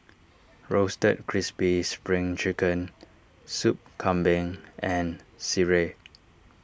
Roasted Crispy Spring Chicken Sup Kambing and Sireh